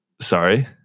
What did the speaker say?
Sorry